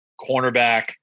cornerback